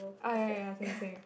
oh ya ya same same